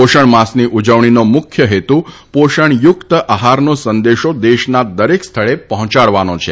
પોષણ માસની ઉજવણીનો મુખ્ય હેતુ પોષણયુક્ત આહારનો સંદેશો દેશના દરેક સ્થળે પહોંચાડવાનો છે